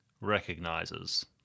recognizes